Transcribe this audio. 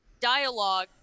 dialogue